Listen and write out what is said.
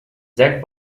jack